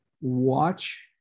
watch